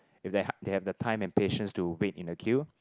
if they ha~ they have the time and patience to wait in the queue